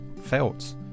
felt